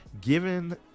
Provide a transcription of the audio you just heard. given